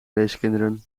weeskinderen